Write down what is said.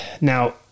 Now